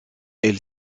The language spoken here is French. elle